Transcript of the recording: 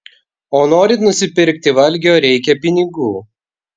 o norint nusipirkti valgio reikia pinigų